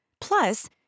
Plus